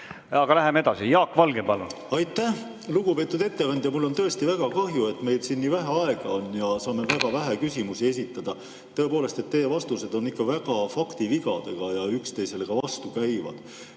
Aga läheme edasi. Jaak Valge, palun! Aitäh! Lugupeetud ettekandja! Mul on tõesti väga kahju, et meil siin nii vähe aega on ja saame väga vähe küsimusi esitada. Tõepoolest, teie vastused on ikka väga faktivigadega ja ka üksteisele vastu käivad.